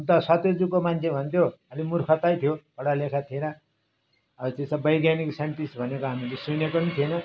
हुन त सत्यजुकको मान्छे भन्थ्यो अलि मुर्खतै थियो पढालेखा थिएन अब त्यो त वैज्ञानिक साइन्टिस्ट भनेको हामीले सुनेको पनि थिएन